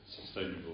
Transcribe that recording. sustainable